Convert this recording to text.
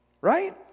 Right